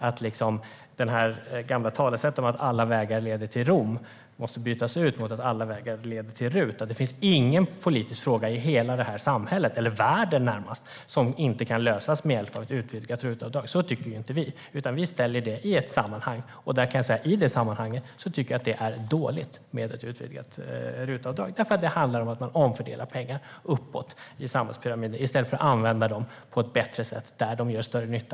Ni skulle kunna ändra talesättet Alla vägar bär till Rom till Alla vägar bär till RUT, för det finns ingen politisk fråga i vårt samhälle, eller i världen nästan, som enligt er inte kan lösas med hjälp av ett utvidgat RUT-avdrag. Så tycker inte vi. Vi sätter det i ett sammanhang, och i det sammanhanget tycker vi att det är dåligt med ett utvidgat RUT-avdrag eftersom det handlar om att man omfördelar pengar uppåt i samhällspyramiden i stället för att använda dem där de gör större nytta.